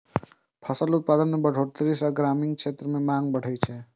फसल उत्पादन मे बढ़ोतरी सं ग्रामीण क्षेत्र मे मांग बढ़ै छै